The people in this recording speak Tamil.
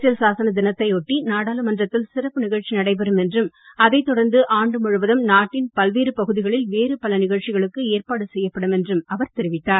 அரசியல் சாசன தினத்தையொட்டி நாடாளுமன்றத்தில் சிறப்பு நிகழ்ச்சி நடைபெறும் என்றும் அதை தொடர்ந்து ஆண்டு முழுவதும் நாட்டின் பல்வேறு பகுதிகளில் வேறு பல நிகழ்ச்சிகளுக்கு ஏற்பாடு செய்யப்படும் என்றும் அவர் தெரிவித்தார்